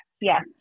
Yes